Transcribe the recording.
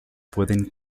pueden